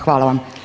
Hvala vam.